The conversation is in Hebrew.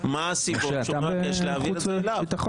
מה חוץ וביטחון?